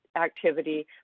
activity